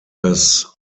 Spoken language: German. das